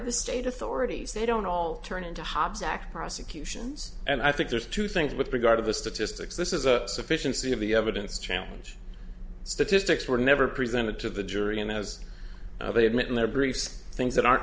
the state authorities they don't all turn into hobbs act prosecutions and i think there's two things with regard to the statistics this is a sufficiency of the evidence challenge statistics were never presented to the jury and as they admit in their briefs things that are